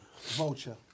Vulture